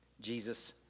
Jesus